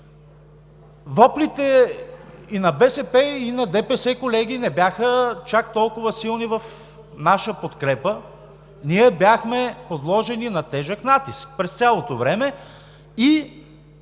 Воплите и на БСП, и на ДПС, колеги, не бяха чак толкова силни в наша подкрепа. Ние бяхме подложени на тежък натиск през цялото време и